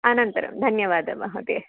अनन्तरं धन्यवादः महोदये